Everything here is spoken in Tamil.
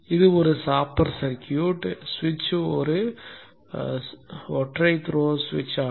இது ஒரு ஷாப்பர் சர்க்யூட் சுவிட்ச் ஒரு ஒற்றை த்ரோ சுவிட்ச் ஆகும்